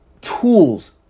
tools